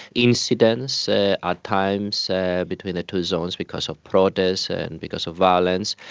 incidents ah ah at times between the two zones because of protests and because of violence.